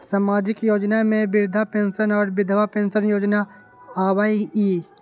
सामाजिक योजना में वृद्धा पेंसन और विधवा पेंसन योजना आबह ई?